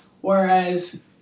Whereas